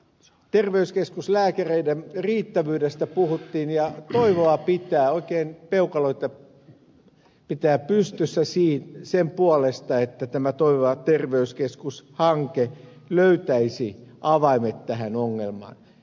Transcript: terveyskeskuslääkäreiden riittävyydestä puhuttiin ja toivoa pitää oikein peukaloita pitää pystyssä sen puolesta että tämä toimiva terveyskeskus hanke löytäisi avaimet tähän ongelmaan